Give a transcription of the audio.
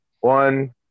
one